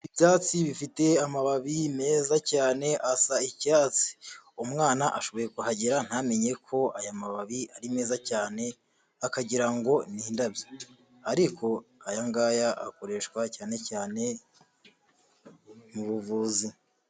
Ibyatsi bifite amababi meza cyane asa icyatsi, umwana ashoboye kuhagera ntamenye ko aya mababi ari meza cyane, akagira ngo n’indabyo, ariko aya ngaya akoreshwa cyane cyane muvuzi.